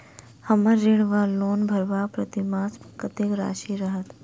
हम्मर ऋण वा लोन भरबाक प्रतिमास कत्तेक राशि रहत?